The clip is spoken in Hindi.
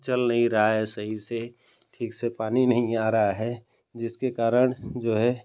चल नहीं रहा है सही से ठीक से पानी नहीं आ रहा है जिसके कारण जो है